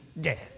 death